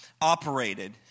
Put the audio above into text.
operated